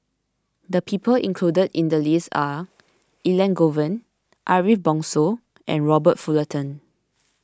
the people included in the list are Elangovan Ariff Bongso and Robert Fullerton